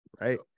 right